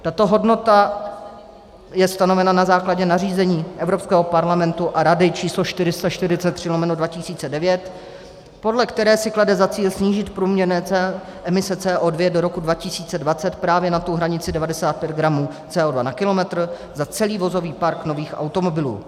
Tato hodnota je stanovena na základě nařízení Evropského parlamentu a Rady č. 443/2009, podle které si klade za cíl snížit průměrné emise CO2 do roku 2020 právě na tu hranici 95 gramů CO2 na kilometr za celý vozový park nových automobilů.